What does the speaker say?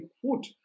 quote